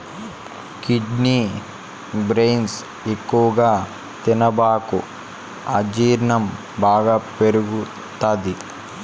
kidney beans ఎక్కువగా తినబాకు అజీర్ణం బాగా పెరుగుతది